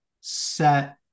set